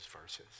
verses